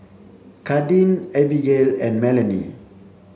Kadin Abigail and Melony